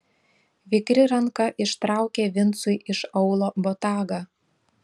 vikri ranka ištraukė vincui iš aulo botagą